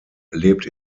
lebt